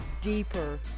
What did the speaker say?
deeper